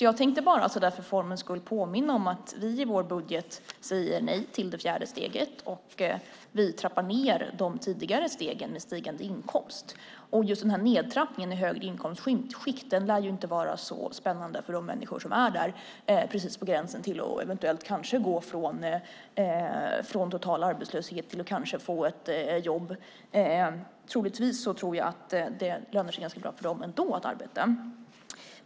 Jag vill bara för formens skull påminna om att vi i vår budget säger nej till det fjärde steget och trappar ned de tidigare stegen med stigande inkomst. Just nedtrappningen i högre inkomstskikt lär ju inte vara särskilt spännande för de människor som är där, precis på gränsen till att eventuellt gå från total arbetslöshet till ett jobb. Troligtvis lönar det sig ändå ganska bra för dem att arbeta.